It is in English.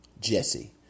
Jesse